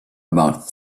about